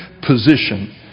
position